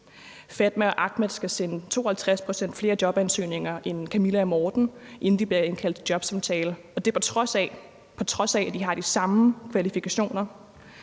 Fatma og Ahmed skal sende 52 pct. flere jobansøgninger end Camilla og Morten, inden de bliver indkaldt til jobsamtaler, og det er på trods af – på trods af – at de har de samme kvalifikationer.